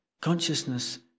Consciousness